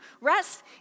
rest